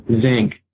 zinc